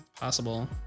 Possible